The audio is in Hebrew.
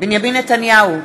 בנימין נתניהו,